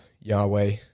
Yahweh